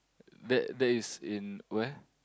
that that is in where